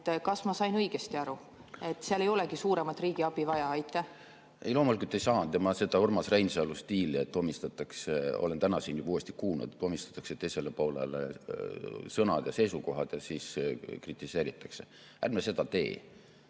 kas ma sain õigesti aru, et seal ei olegi suuremat riigiabi vaja? Ei, loomulikult ei saanud. Ma seda Urmas Reinsalu stiili olen täna siin juba kuulnud, et omistatakse teisele poolele sõnad ja seisukohad ja siis kritiseeritakse. Ärme seda tee! Ma